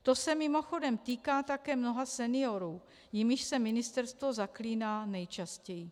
To se mimochodem týká také mnoha seniorů, jimiž se ministerstvo zaklíná nejčastěji.